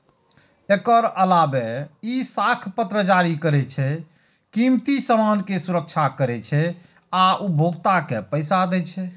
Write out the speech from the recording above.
एकर अलावे ई साख पत्र जारी करै छै, कीमती सामान के सुरक्षा करै छै आ उपभोक्ता के पैसा दै छै